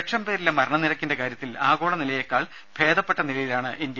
ലക്ഷം പേരിലെ മരണനിരക്കിന്റെ കാര്യത്തിൽ ആഗോളനിലയേക്കാൾ ഭേദപ്പെട്ട നിലയിലാണ് ഇന്ത്യ